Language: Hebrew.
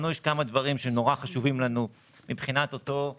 לנו יש כמה דברים שחשובים לנו מבחינת master